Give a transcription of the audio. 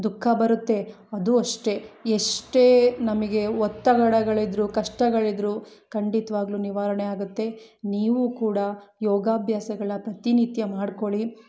ದುಃಖ ಬರುತ್ತೆ ಅದು ಅಷ್ಟೇ ಎಷ್ಟೇ ನಮಗೆ ಒತ್ತಡಗಳಿದ್ರು ಕಷ್ಟಗಳಿದ್ರು ಖಂಡಿತ್ವಾಗ್ಲೂ ನಿವಾರಣೆ ಆಗುತ್ತೆ ನೀವು ಕೂಡ ಯೋಗಾಭ್ಯಾಸಗಳ್ನ ಪ್ರತಿನಿತ್ಯ ಮಾಡ್ಕೊಳಿ